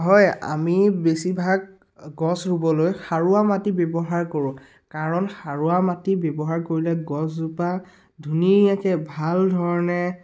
হয় আমি বেছিভাগ গছ ৰুবলৈ সাৰুৱা মাটি ব্যৱহাৰ কৰো কাৰণ সাৰুৱা মাটি ব্যৱহাৰ কৰিলে গছজোপা ধুনীয়াকৈ ভাল ধৰণে